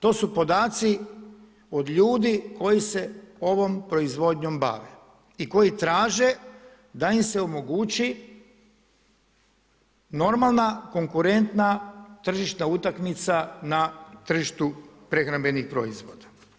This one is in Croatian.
To su podaci od ljudi koji se ovom proizvodnjom bave i koji traže da im se omogući normalna konkurentna tržišna utakmica na tržištu prehrambenih proizvoda.